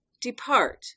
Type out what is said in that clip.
Depart